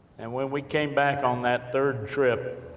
and when we came back on that third trip,